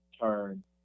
turn